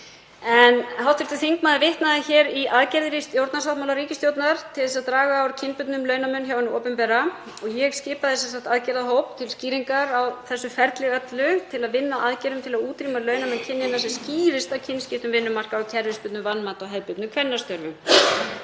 Hv. þingmaður vitnaði hér í aðgerðir í stjórnarsáttmála ríkisstjórnarinnar til þess að draga úr kynbundnum launamun hjá hinu opinbera. Ég skipaði aðgerðahóp til skýringar á þessu ferli öllu til að vinna að aðgerðum til að útrýma launamun kynjanna sem skýrist af kynskiptum vinnumarkaði og kerfisbundnu vanmati á hefðbundnum kvennastörfum.